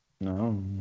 no